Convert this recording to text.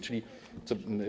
Czyli co?